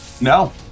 No